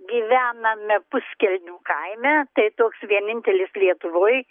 gyvename puskelnių kaime tai toks vienintelis lietuvoj